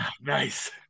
Nice